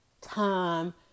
time